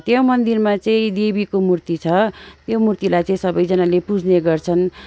त्यो मन्दिरमा चाहिँ देवीको मूर्ति छ त्यो मूर्तिलाई चाहिँ सबैजनाले पुज्ने गर्छन्